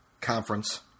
conference